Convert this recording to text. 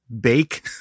bake